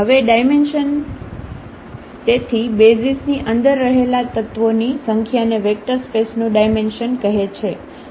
હવે ડાયમેન્શન તેથી બેસિઝ ની અંદર રહેલા તત્વોની સંખ્યાને વેક્ટર સ્પેસ નું ડાયમેન્શન કહે છે